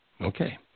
Okay